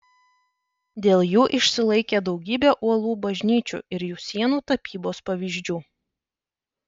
dėl jų išsilaikė daugybė uolų bažnyčių ir jų sienų tapybos pavyzdžių